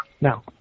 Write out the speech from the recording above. now